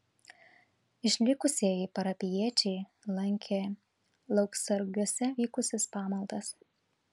išlikusieji parapijiečiai lankė lauksargiuose vykusias pamaldas